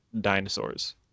dinosaurs